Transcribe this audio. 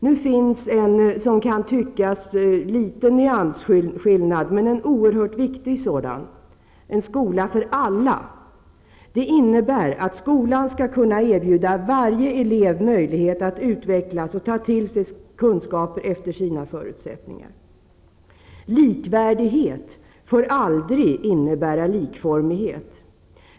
Nu finns en, som det kan tyckas, liten nyansskillnad men en oerhört viktig sådan: en skola för alla . Det innebär att skolan skall kunna erbjuda varje elev möjlighet att utvecklas och ta till sig kunskaper efter sina förutsättningar. Likvärdighet får aldrig innebära likformighet.